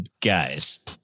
guys